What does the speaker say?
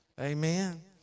Amen